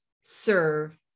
serve